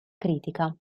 critica